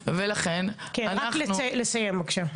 רק לסיים, בבקשה.